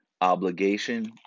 obligation